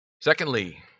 Secondly